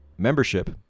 Membership